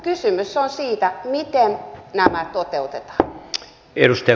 kysymys on siitä miten nämä toteutetaan